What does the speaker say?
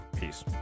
Peace